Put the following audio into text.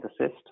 assist